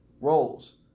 roles